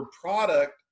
product